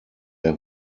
der